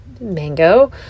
mango